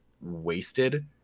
wasted